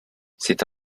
c’est